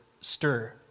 stir